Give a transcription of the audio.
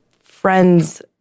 friend's